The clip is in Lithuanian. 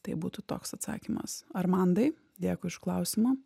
tai būtų toks atsakymas armandai dėkui už klausimą